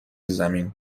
زمین